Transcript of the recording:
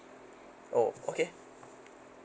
oh okay